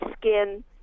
skin